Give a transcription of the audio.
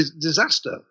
disaster